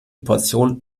portion